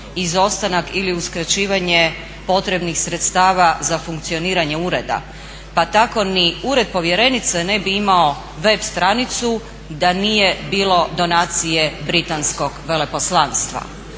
izostanak ili uskraćivanje potrebnih sredstava Pa tako ni Ured povjerenice ne bi imao web stranicu da nije bilo donacije Britanskog veleposlanstva.